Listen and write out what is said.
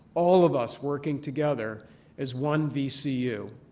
all of us working together as one vcu.